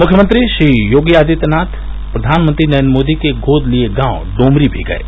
मुख्यमंत्री श्री योगी आदित्यनाथ प्रवानमंत्री नरेन्द्र मोदी के गोद लिए गांव डोमरी भी गये